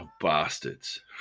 bastards